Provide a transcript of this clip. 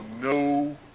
no